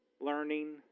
learning